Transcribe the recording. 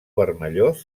vermellós